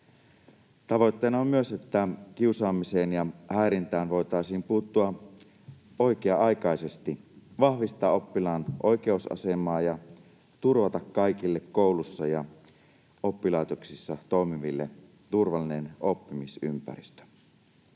Tavoitteena on myös, että kiusaamiseen ja häirintään voitaisiin puuttua oikea-aikaisesti, vahvistaa oppilaan oikeusasemaa ja turvata kaikille kouluissa ja oppilaitoksissa toimiville turvallinen oppimisympäristö.